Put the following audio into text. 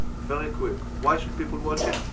very quick why should people watch it?